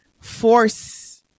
force